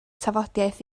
tafodiaith